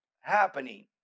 happening